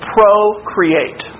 Procreate